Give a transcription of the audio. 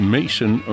Mason